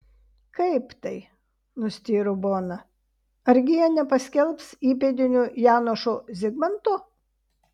kaip tai nustėro bona argi jie nepaskelbs įpėdiniu janošo zigmanto